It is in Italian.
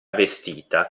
vestita